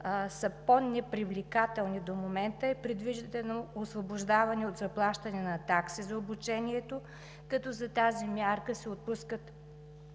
са по-непривлекателни до момента, е предвиждано освобождаване от заплащане на такси за обучението, като за тази мярка се отпускат